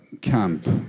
camp